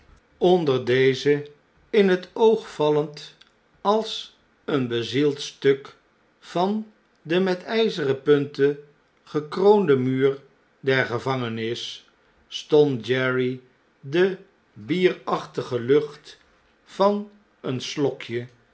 onder dezen in het oog vallend als een bezield stuk van den met jjzeren punten gekroonden muur der gevangenis stond jerry de bierachtige lucht van een slokje